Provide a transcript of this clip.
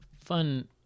fun